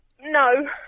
no